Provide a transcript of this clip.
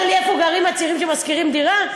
אתה אומר לי איפה גרים הצעירים ששוכרים דירה?